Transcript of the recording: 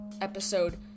episode